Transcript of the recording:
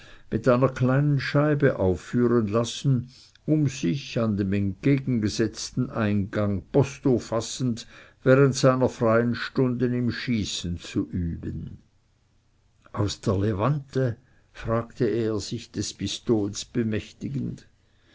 mit einer kleinen scheibe aufführen lassen um sich an dem entgegengesetzten eingange posto fassend während seiner freien stunden im schießen zu üben aus der levante fragte er sich des pistols bemächtigend